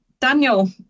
Daniel